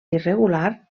irregular